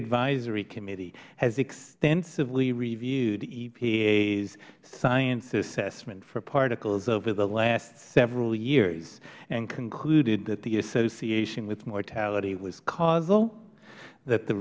advisory committee has extensively reviewed epa's science assessment for particles over the last several years and concluded that the association with mortality was causal that the